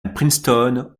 princeton